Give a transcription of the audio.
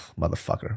motherfucker